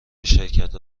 شرکتها